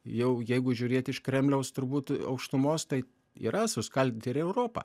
jau jeigu žiūrėti iš kremliaus turbūt aukštumos tai yra suskaldyti ir europą